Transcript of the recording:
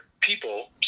people